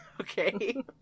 okay